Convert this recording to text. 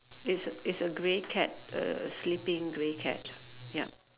it's it's a grey cat a sleeping grey cat ya